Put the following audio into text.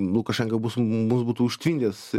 lukašenka bus mus būtų užtvindęs